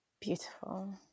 beautiful